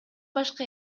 башка